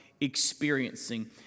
experiencing